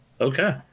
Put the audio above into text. Okay